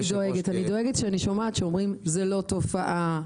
אני דואגת כשאני שומעת שאומרים זו לא תופעה.